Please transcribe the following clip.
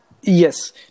Yes